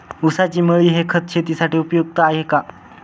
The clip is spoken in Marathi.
ऊसाची मळी हे खत शेतीसाठी उपयुक्त आहे का?